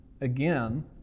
again